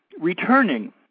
Returning